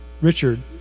Richard